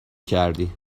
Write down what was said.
کردی